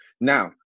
Now